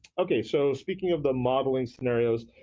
okay, so speaking of the modeling scenarios,